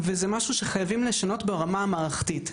וזה משהו שחייבים לשנות ברמה מערכתית,